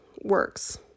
works